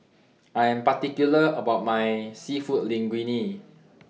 I Am particular about My Seafood Linguine